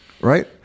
right